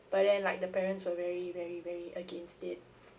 but then like the parents are very very very against it